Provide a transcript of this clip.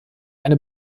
eine